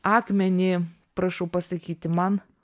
akmenį prašau pasakyti man